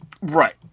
Right